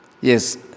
yes